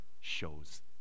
shows